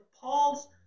Paul's